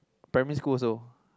primary school also